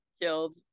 killed